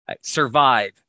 Survive